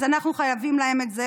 אז אנחנו חייבים להם את זה.